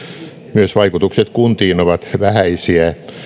myös vaikutukset kuntiin ovat vähäisiä